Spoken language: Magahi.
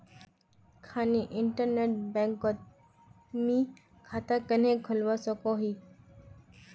खाली इन्टरनेट बैंकोत मी खाता कन्हे खोलवा सकोही?